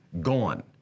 gone